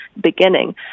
beginning